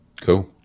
Cool